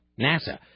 NASA